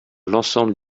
l’ensemble